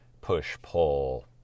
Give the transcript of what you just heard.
push-pull